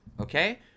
okay